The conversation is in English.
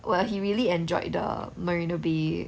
!wah! he really enjoyed the marina bay